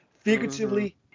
figuratively